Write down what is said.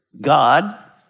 God